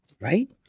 right